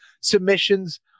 submissions